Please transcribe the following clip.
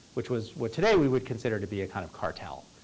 which was what today we would consider to be a kind of cartel,